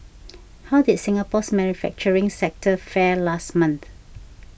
how did Singapore's manufacturing sector fare last month